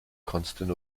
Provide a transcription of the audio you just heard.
constant